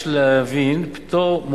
יש להבין הפטור,